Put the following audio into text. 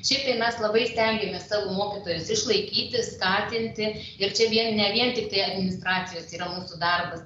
šiaip tai mes labai stengiamės savo mokytojus išlaikyti skatinti ir čia vien ne vien tiktai administracijos yra mūsų darbas